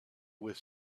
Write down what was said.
was